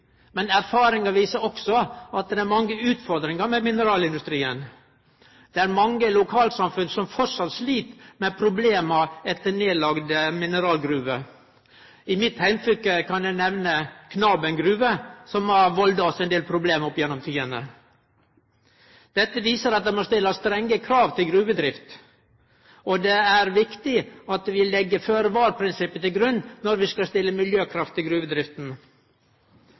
Men erfaringar viser også at det er mange utfordringar med mineralindustrien. Det er mange lokalsamfunn som framleis slit med problem etter nedlagde mineralgruver. Frå mitt heimfylke kan eg nemne Knaben gruver, som har valda oss ein del problem opp gjennom tidene. Dette viser at det må stillast strenge krav til gruvedrift, og det er viktig at vi legg føre-var-prinsippet til grunn når vi skal stille